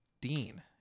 Dean